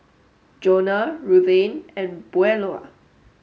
Jonah Ruthanne and Beulah